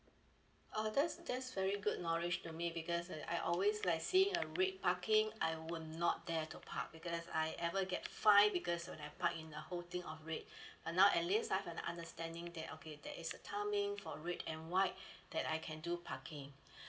oh that's that's very good knowledge to me because uh I always like seeing a red parking I would not dare to park because I ever get fine because of that park in a whole thing of red but now at least I've an understanding that okay that is a timing for red and white that I can do parking